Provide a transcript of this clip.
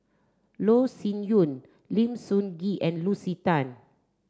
Loh Sin Yun Lim Sun Gee and Lucy Tan